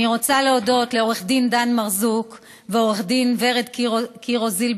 אני רוצה להודות לעו"ד דן מרזוק ולעו"ד ורד קירו-זילברמן,